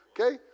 okay